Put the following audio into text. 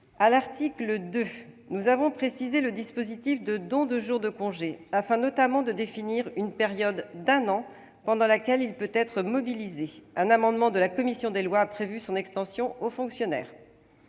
À l'article 2, nous avons précisé le dispositif de don de jours de congé, afin notamment de définir la période pendant laquelle il peut être mobilisé : une année. Un amendement de la commission des lois a prévu son extension aux fonctionnaires.